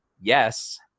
Yes